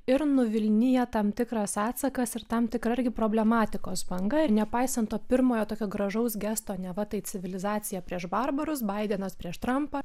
ir nuvilnija tam tikras atsakas ir tam tikra irgi problematikos banga ir nepaisant to pirmojo tokio gražaus gesto neva tai civilizacija prieš barbarus baidenas prieš trampą